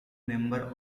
member